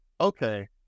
okay